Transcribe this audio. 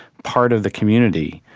part of the community,